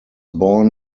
born